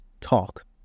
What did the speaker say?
talk